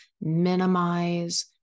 minimize